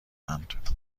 اند